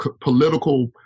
political